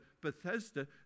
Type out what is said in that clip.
Bethesda